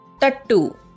Tattoo